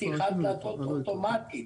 פתיחת דלתות אוטומטית,